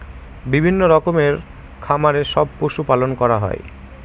বিভিন্ন রকমের খামারে সব পশু পালন করা হয়